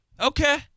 Okay